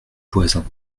voisin